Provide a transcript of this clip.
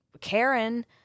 Karen